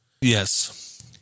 Yes